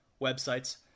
websites